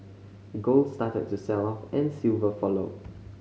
gold started to sell off and silver followed